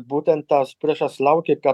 būtent tas priešas laukia kad